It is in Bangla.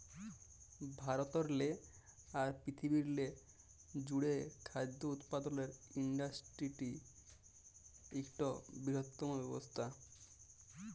ভারতেরলে আর পিরথিবিরলে জ্যুড়ে খাদ্য উৎপাদলের ইন্ডাসটিরি ইকট বিরহত্তম ব্যবসা